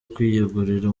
kwiyegurira